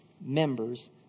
members